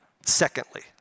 secondly